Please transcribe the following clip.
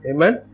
Amen